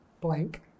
blank